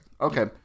Okay